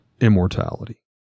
immortality